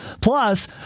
Plus